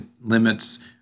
limits